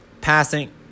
passing